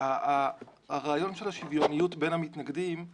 הרעיון של השוויוניות בין המתנגדים הוא